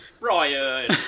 Ryan